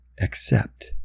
Accept